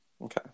Okay